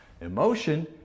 emotion